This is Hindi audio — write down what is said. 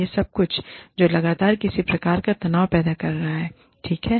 यह सब कुछ है जो लगातार किसी प्रकार का तनाव पैदा कर रहा है ठीक है